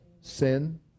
sin